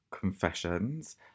confessions